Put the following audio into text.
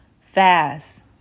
fast